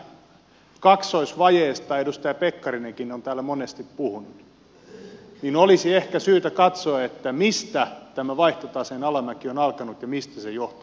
kun tästä kaksoisvajeesta edustaja pekkarinenkin on täällä monesti puhunut niin olisi ehkä syytä katsoa mistä tämä vaihtotaseen alamäki on alkanut ja mistä se johtuu